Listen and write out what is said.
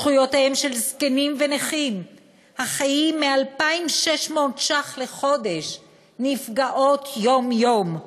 זכויותיהם של זקנים ונכים החיים מ-2,600 שקלים לחודש נפגעות יום-יום,